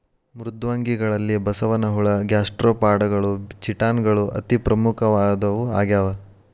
ಮೃದ್ವಂಗಿಗಳಲ್ಲಿ ಬಸವನಹುಳ ಗ್ಯಾಸ್ಟ್ರೋಪಾಡಗಳು ಚಿಟಾನ್ ಗಳು ಅತಿ ಪ್ರಮುಖವಾದವು ಆಗ್ಯಾವ